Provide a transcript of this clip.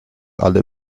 alle